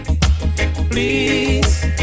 Please